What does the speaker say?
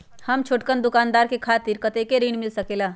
हम छोटकन दुकानदार के खातीर कतेक ऋण मिल सकेला?